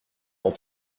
dans